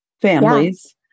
families